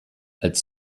als